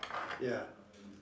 ya